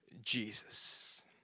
Jesus